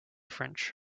french